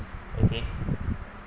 okay